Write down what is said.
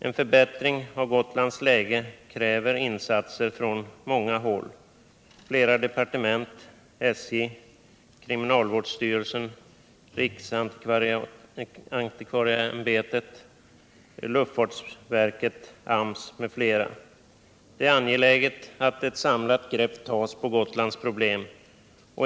En förbättring av Gotlands situation kräver insatser från många håll — flera departement, SJ, kriminalvårdsstyrelsen, riksantikvarieämbetet, luftfartsverket, AMS m.fl. Det är angeläget att det tas ett samlat grepp på Gotlands problem.